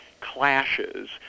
clashes